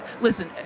Listen